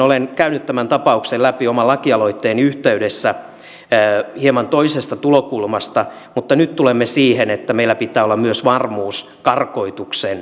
olen käynyt tämän tapauksen läpi oman lakialoitteeni yhteydessä hieman toisesta tulokulmasta mutta nyt tulemme siihen että meillä pitää olla varmuus karkotuksen varmistamisesta